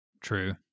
True